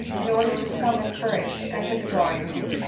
in order to summon courage to enter the drawing-room.